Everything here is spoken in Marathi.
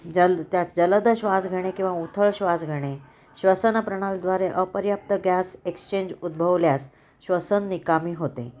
जल त्याच जलद श्वास घेणे किंवा उथळ श्वास घेणे श्वसन प्रणालीद्वारे अपर्याप्त गॅस एक्सचेंज उद्भवल्यास श्वसन निकामी होते